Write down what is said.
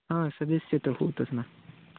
हां सदस्य तर होतच ना